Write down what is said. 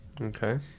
okay